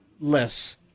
less